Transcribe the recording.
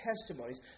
testimonies